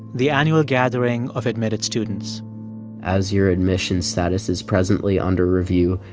the annual gathering of admitted students as your admission status is presently under review,